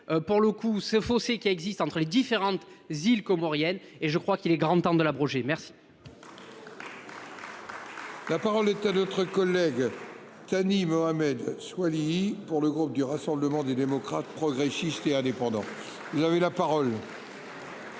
pour le coup ce fossé qui existe entre les différentes z'île comorienne et je crois qu'il est grande tentes de l'abroger. Merci. La parole est à d'autres collègues. Thani Mohamed Soilihi, ni pour le groupe du Rassemblement des démocrates, progressistes et indépendants. Il avait la parole.